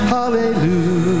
Hallelujah